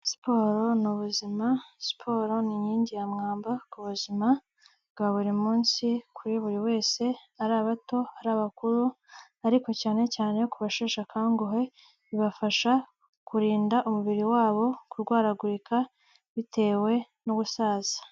Siporo ni ubuzima, siporo ni inkingi ya mwamba ku buzima bwa buri munsi kuri buri wese, ari abato, ari abakuru, ariko cyane cyane ku basheshe akanguhe, ibafasha kurinda umubiri wabo kurwaragurika bitewe n'ubusaza.